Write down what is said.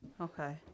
Okay